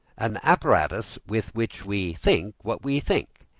an apparatus with which we think what we think.